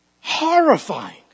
Horrifying